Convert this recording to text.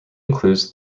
includes